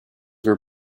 were